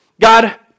God